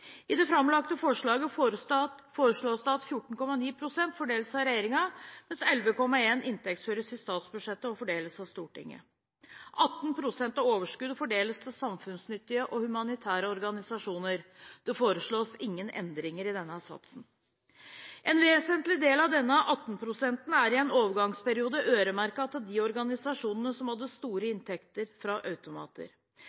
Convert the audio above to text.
I det framlagte forslaget foreslås det at 14,9 pst. fordeles av regjeringen, mens 11,1 pst. inntektsføres i statsbudsjettet og fordeles av Stortinget. 18 pst. av overskuddet fordeles til samfunnsnyttige og humanitære organisasjoner. Det foreslås ingen endringer i denne satsen. En vesentlig del av disse 18 pst. er i en overgangsperiode øremerket til de organisasjonene som hadde store